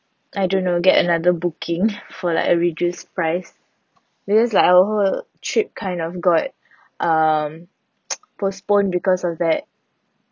I don't know get another booking for like a reduced price because like our whole trip kind of got um postponed because of that